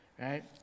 right